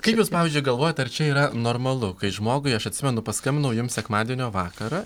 kaip jūs pavyzdžiui galvojat ar čia yra normalu kai žmogui aš atsimenu paskambinau jum sekmadienio vakarą